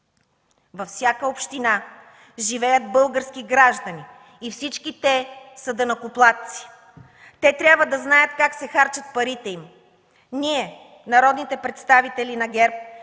Във всяка община живеят български граждани и всички те са данъкоплатци. Те трябва да знаят как се харчат парите им. Ние – народните представители на ГЕРБ,